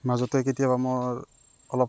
মাজতে কেতিয়াবা মোৰ অলপ